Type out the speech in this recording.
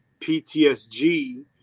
PTSG